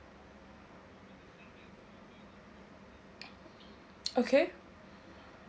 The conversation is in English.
okay